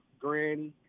granny